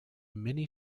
many